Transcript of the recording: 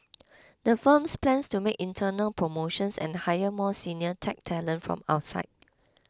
the firms plans to make internal promotions and hire more senior tech talent from outside